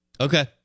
Okay